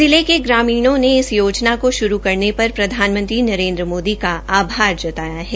जिले के ग्रामीणों ने इस योजना को शुरू करने पर प्रधानमंत्री नरेन्द्र मोदी का आभार जताया है